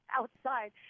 outside